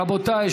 רבותיי,